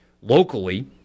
locally